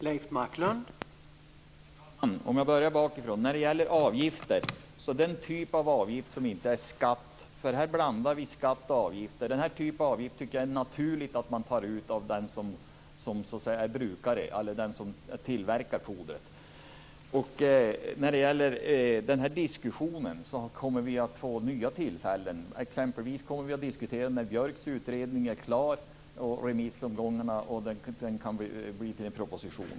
Herr talman! Jag börjar bakifrån med avgifterna. Den här typen av avgifter som inte är skatt - för här blandar vi ihop skatt och avgifter - tycker jag att det är naturligt att man tar ut av den som så att säga är brukare - eller av den som tillverkar fodret. Vi kommer att få nya tillfällen att föra den här diskussionen. Vi kommer exempelvis att diskutera detta när Björks utredning är klar, efter remissomgångarna när den kan bli till en proposition.